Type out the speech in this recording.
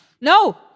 No